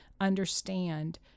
understand